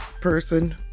person